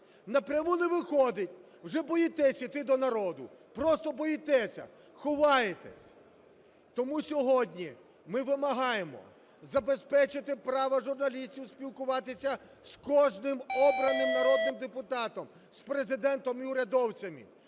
Напряму не виходить, вже боїтесь іти до народу, просто боїтеся, ховаєтесь. Тому сьогодні ми вимагаємо забезпечити право журналістів спілкуватися з кожним обраним народним депутатом, з Президентом і урядовцями.